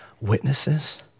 witnesses